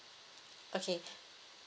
okay